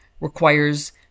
requires